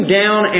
down